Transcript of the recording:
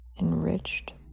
Enriched